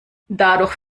dadurch